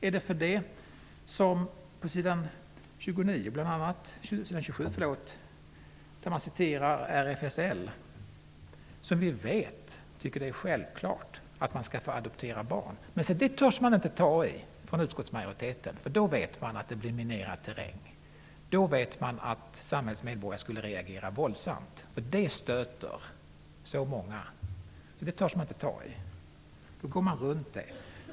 Är det för det som som står på s. 27 där man citerar RFSL. Vi vet ju att de tycker att det är självklart att få adoptera barn. Men se det törs utskottsmajoriteten inte ta i. Då vet man att terrängen är minerad. Då vet man att samhällsmedborgare skulle reagera våldsamt. Det stöter så många. Det törs man inte ta i utan går runt det.